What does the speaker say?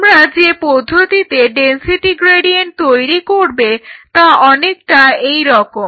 তোমরা যে পদ্ধতিতে ডেনসিটি গ্রেডিয়েন্ট তৈরি করবে তা অনেকটা এইরকম